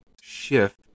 shift